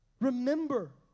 Remember